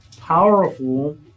powerful